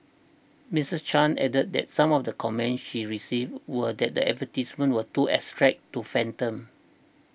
Mrs Chan added that some of the comments she received were that the advertisements were too abstract to fathom